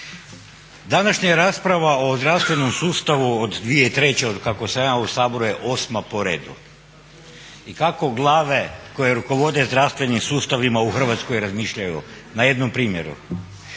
Današnja rasprava o zdravstvenom sustavu od 2003. od kako sam ja u Saboru je 8. po redu. I kako glave koje rukovode zdravstvenim sustavima u Hrvatskoj razmišljaju na jednom primjeru.